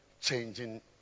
changing